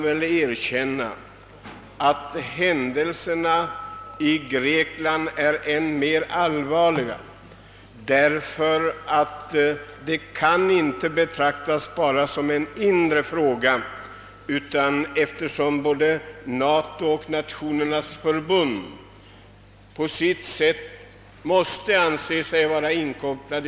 Vad som händer i Grekland är så mycket allvarligare därför att det inte kan anses vara enbart en inre angelägenhet. Både NATO och Förenta Nationerna måste anses vara inkopplade.